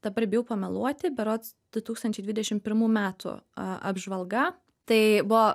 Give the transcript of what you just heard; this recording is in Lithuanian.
dabar bijau pameluoti berods du tūkstančiai dvidešimt pirmų metų apžvalga tai buvo